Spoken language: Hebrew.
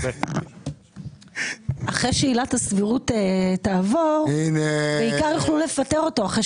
לאחר ששמעתם פה לגבי